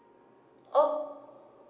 oh